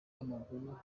w’amaguru